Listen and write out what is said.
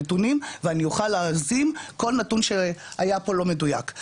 ואני אוכל להאזין, כל נתון שהיה פה לא מדויק.